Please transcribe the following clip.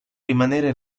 rimanere